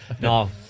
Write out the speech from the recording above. No